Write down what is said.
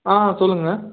ஆ சொல்லுங்கள்